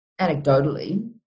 anecdotally